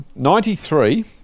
93